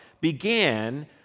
began